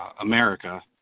America